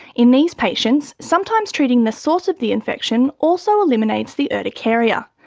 in these patients, sometimes treating the source of the infection also eliminates the urticaria.